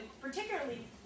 particularly